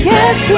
Yes